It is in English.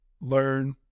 learn